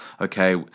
okay